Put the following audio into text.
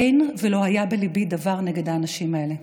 אין ולא היה בליבי דבר נגד האנשים האלה.